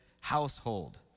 household